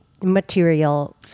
material